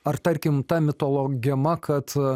ar tarkim ta mitologema kad